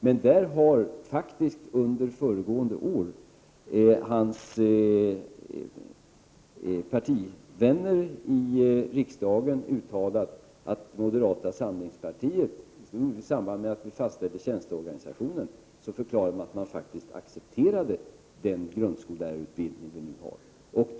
Men Ulf Melins partivänner i riksdagen har under föregående år, i samband med att vi fastställde tjänsteorganisationen, uttalat att moderata samlingspartiet accepterar den grundskollärarutbildning vi nu har.